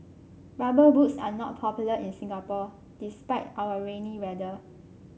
rubber boots are not popular in Singapore despite our rainy weather